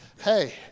hey